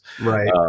Right